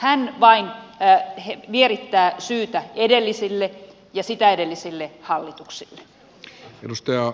hän vain vierittää syytä edellisille ja sitä edellisille hallituksille